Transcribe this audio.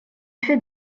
fait